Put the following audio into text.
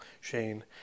Shane